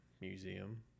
museum